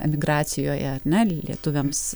emigracijoje ar ne lietuviams